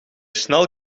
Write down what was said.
snel